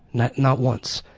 not not once.